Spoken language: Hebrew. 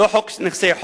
לא חוק נכסי,